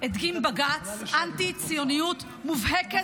הדגים בג"ץ אנטי-ציוניות מובהקת,